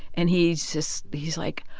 and he's just he's, like,